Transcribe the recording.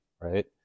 right